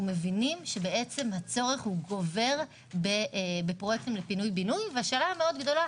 מבינים שהצורך גובר בפרויקטים לפינוי בינוי והשאלה הגדולה